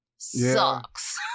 sucks